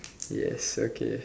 yes okay